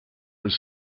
was